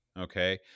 Okay